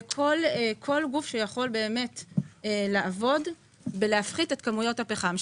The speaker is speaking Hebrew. וכל גוף שיכול לעבוד בהפחתת כמויות הפחם,